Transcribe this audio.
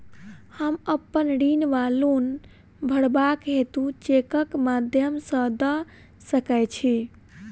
हम अप्पन ऋण वा लोन भरबाक हेतु चेकक माध्यम सँ दऽ सकै छी?